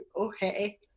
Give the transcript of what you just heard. okay